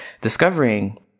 discovering